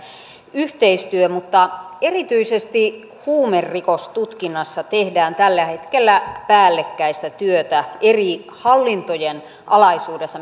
yhteistyö mutta erityisesti huumerikostutkinnassa tehdään tällä hetkellä päällekkäistä työtä eri hallintojen alaisuudessa